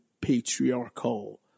patriarchal